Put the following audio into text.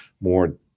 more